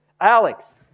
Alex